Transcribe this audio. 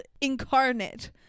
incarnate